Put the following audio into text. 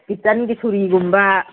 ꯀꯤꯠꯆꯟꯒꯤ ꯁꯣꯔꯤꯒꯨꯝꯕ